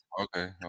okay